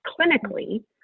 clinically